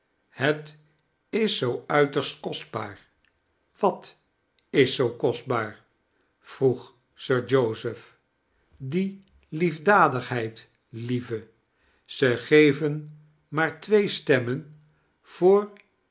het is zoo uiterst kostbaar wat is zoo kostbaar vroeg sir joseph die liefdadigheid lieve ze geven maar twee stemmen voor